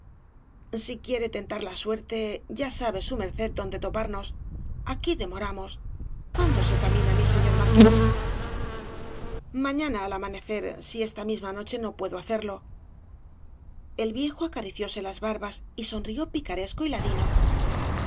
si quiere tentar la suerte ya sabe su merced dónde toparnos aquí demoramos cuándo se camina mi señor marqués t obras de valle inclan mañana al amanecer si esta misma noche no puedo hacerlo el viejo acaricióse las barbas y sonrió picaresco y ladino